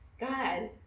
god